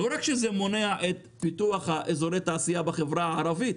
לא רק שזה מונע את הפיתוח של אזורי תעשייה בחברה הערבית,